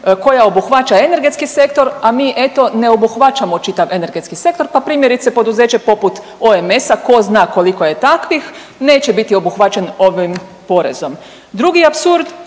koja obuhvaća energetski sektor, a mi eto ne obuhvaćamo čitav energetski sektor, pa primjerice poduzeće poput OMS-a, ko zna koliko je takvih, neće biti obuhvaćen ovim porezom. Drugi apsurd,